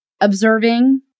observing